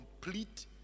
complete